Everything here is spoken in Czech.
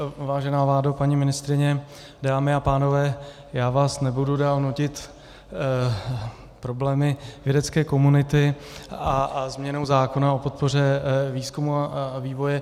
Vážená vládo, paní ministryně, dámy a pánové, já vás nebudu dál nudit problémy vědecké komunity a změnou zákona o podpoře výzkumu a vývoje.